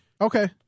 Okay